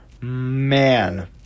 Man